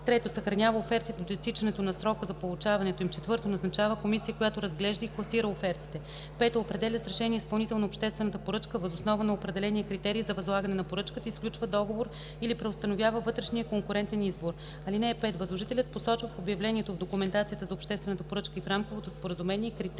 3. съхранява офертите до изтичането на срока за получаването им; 4. назначава комисия, която разглежда и класира офертите; 5. определя с решение изпълнител на обществената поръчка въз основа на определения критерий за възлагане на поръчката и сключва договор или преустановява вътрешния конкурентен избор. (5) Възложителят посочва в обявлението, в документацията за обществена поръчка и в рамковото споразумение критерия,